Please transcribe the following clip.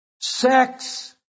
sex